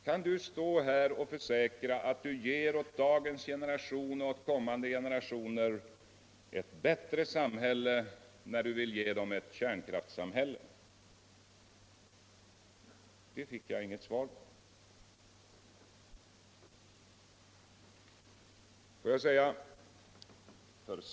Kan du stå här och försäkra att du ger åt dagens generation och är kommande generationer ett bättre samhätte när du vill ge dem ett kärnkrafissamhille? Den frågan fick jag inget svar på.